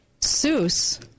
Seuss